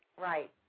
Right